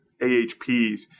AHPs